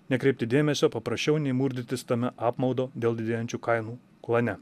nekreipti dėmesio paprasčiau nei murdytis tame apmaudo dėl didėjančių kainų klane